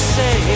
say